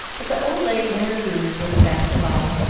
but the old lady and her goose were the best of all,